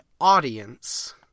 audience